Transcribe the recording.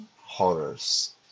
horrors